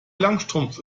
langstrumpf